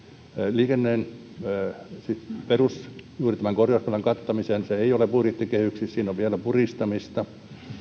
liikenteen korjausvelan kattamiseen se ei ole budjettikehyksissä ja siinä on vielä puristamista